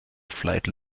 flight